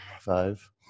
Five